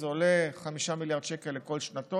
זה עולה 5 מיליארד שקל לכל שנתון,